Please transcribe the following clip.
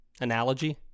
analogy